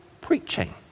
Preaching